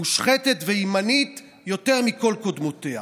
מושחתת וימנית יותר מכל קודמותיה.